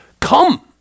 come